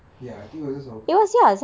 ya I think it was sour cream